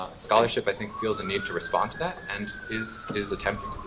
scholarship, i think, feels a need to respond to that, and is is attempting